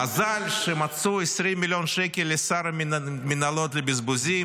מזל שמצאו 20 מיליון שקל לשר המינהלות לבזבוזים,